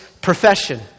profession